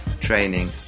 training